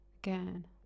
again